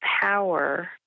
power